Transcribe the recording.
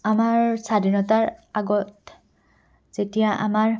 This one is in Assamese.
আমাৰ স্বাধীনতাৰ আগত যেতিয়া আমাৰ